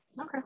Okay